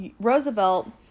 Roosevelt